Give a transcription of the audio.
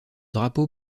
drapeau